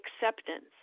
acceptance